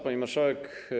Pani Marszałek!